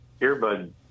earbud